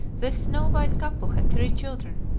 this snow-white couple had three children,